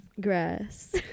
grass